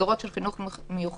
מסגרות של חינוך מיוחד.